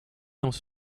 dans